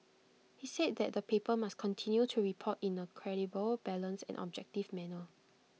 he said that the paper must continue to report in A credible balanced and objective manner